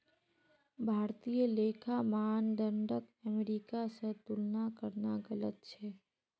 भारतीय लेखा मानदंडक अमेरिका स तुलना करना गलत छेक